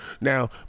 Now